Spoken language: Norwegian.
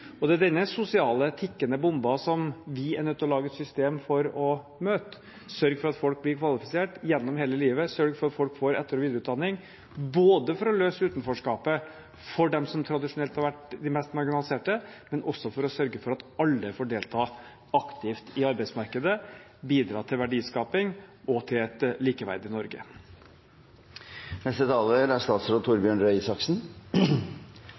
jobb. Det er denne sosiale, tikkende bomben som vi er nødt til å lage et system for å møte – sørge for at folk blir kvalifisert gjennom hele livet, sørge for at folk får etter- og videreutdanning – både for å løse utenforskapet for dem som tradisjonelt har vært de mest marginaliserte, og for å sørge for at alle får delta aktivt i arbeidsmarkedet og bidra til verdiskaping og til et likeverdig Norge. Jeg vil si takk for en god debatt. Jeg er